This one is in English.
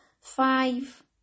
Five